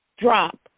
drop